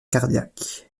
cardiaque